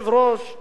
מישהו,